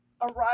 arrive